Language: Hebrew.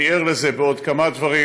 אני ער לזה בעוד כמה דברים,